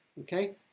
Okay